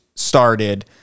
Started